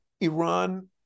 iran